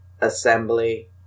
assembly